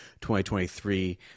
2023